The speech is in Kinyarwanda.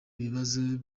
ikibazo